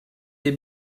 des